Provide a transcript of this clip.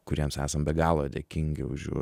kuriems esam be galo dėkingi už jų